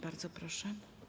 Bardzo proszę.